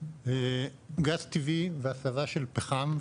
גז טבעי והסבה של פחם,